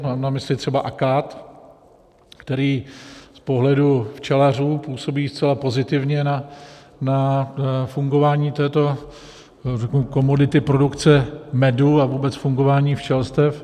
Mám na mysli třeba akát, který z pohledu včelařů působí zcela pozitivně na fungování této komodity, produkce medu a vůbec fungování včelstev.